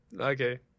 Okay